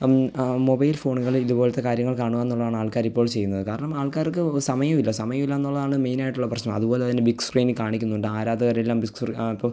ആ മൊബൈൽ ഫോണുകളിലിത് ഇതുപോലത്തെ കാര്യങ്ങൾ കാണുകയെന്നുള്ളതാണ് ആൾക്കാരിപ്പോൾ ചെയ്യുന്നത് കാരണം ആൾക്കാർക്ക് സമയം ഇല്ല സമയം ഇല്ലായെന്നുള്ളതാണ് മെയിനായിട്ടുള്ള പ്രശ്നം അതുപോലെത്തന്നെ ബിഗ്സ്ക്രീനിൽ കാണിക്കുന്നുണ്ട് ആരാധകരെല്ലാം ബിഗ് സ്ക്രീൻ ആ ഇപ്പോൾ